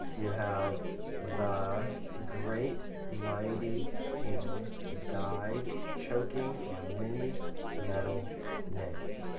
you have the great mighty king died choking on mini metal nails.